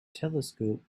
telescope